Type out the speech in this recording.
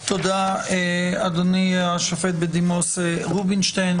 תודה, אדוני השופט בדימוס רובינשטיין.